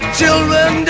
children